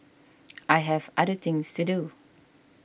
I have other things to do